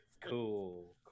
Cool